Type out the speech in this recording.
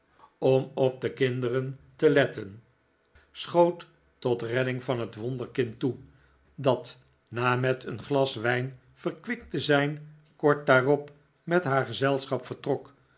om nikolaas nickleby op de kinderen te letten schoot tot redding van het wonderkind toe dat na met een glas wijn verkwikt te zijn kort daarop met haar gezelschap vcrtrok